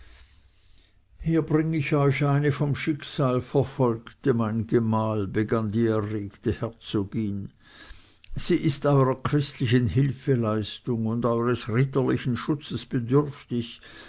hier bring ich euch eine vom schicksal verfolgte mein gemahl begann die erregte herzogin sie ist eurer christlichen hilfsleistung und eures ritterlichen schutzes bedürftig